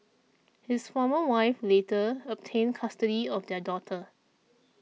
his former wife later obtained custody of their daughter